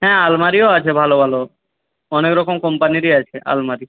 হ্যাঁ আলমারিও আছে ভালো ভালো অনেক রকম কোম্পানিরই আছে আলমারি